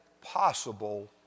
possible